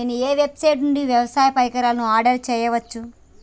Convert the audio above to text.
నేను ఏ వెబ్సైట్ నుండి వ్యవసాయ పరికరాలను ఆర్డర్ చేయవచ్చు?